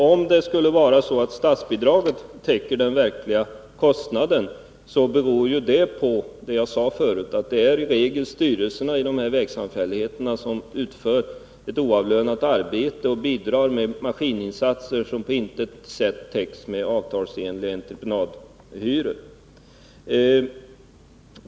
Om det skulle vara så att statsbidraget täcker den verkliga kostnaden, beror det på, som jag sade förut, att det i regel är styrelserna i dessa vägsamfälligheter som utför ett oavlönat arbete och bidrar med maskininsatser som på intet sätt täcks av avtalsenliga entreprenadhyror.